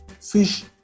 fish